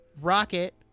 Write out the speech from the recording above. Rocket